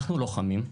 אנחנו לוחמים.